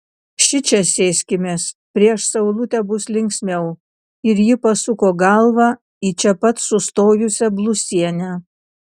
šičia sėskimės prieš saulutę bus linksmiau ir ji pasuko galvą į čia pat sustojusią blusienę